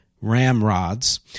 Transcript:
Ramrods